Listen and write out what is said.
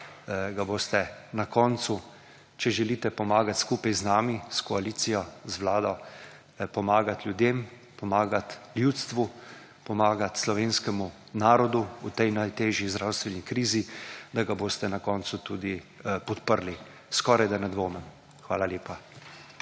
ga boste na koncu, če želite pomagati skupaj z nami, s koalicijo, z vlado, pomagati ljudem, pomagati ljudstvu, pomagati slovenskemu narodu v tej najtežji zdravstveni krizi, da ga boste na koncu podprli. Skoraj, da ne dvomim.